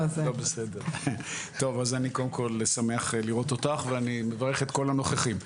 אז אני קודם כל מאוד שמח לראות אותך ואני מברך את כל הנוכחים.